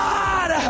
God